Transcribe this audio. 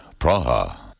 Praha